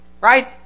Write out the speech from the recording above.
Right